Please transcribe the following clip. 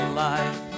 life